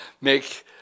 make